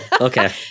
Okay